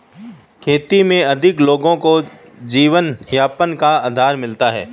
खेती में अधिक लोगों को जीवनयापन का आधार मिलता है